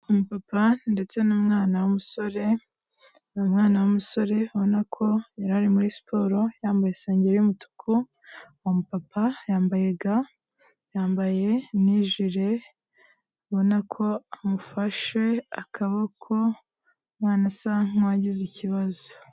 Umupapa ndetse n'umwana w'umusore, ni umwana w'umusore ubona yari ari muri siporo, yambaye isengeri y'umutuku, uwo mupapa yambaye ga yambaye n'ijire ubona ko amufashe akaboko umwana asa nk'uwagize ikibazo.